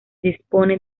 dispone